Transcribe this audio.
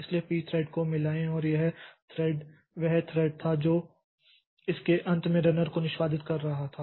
इसलिए pthread को मिलाएं और यह थ्रेड वह थ्रेड था जो इसके अंत में रनर को निष्पादित कर रहा था